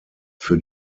für